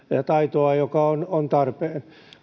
taitoa joka on on tarpeen